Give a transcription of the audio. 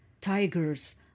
Tigers